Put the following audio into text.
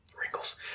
Wrinkles